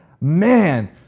Man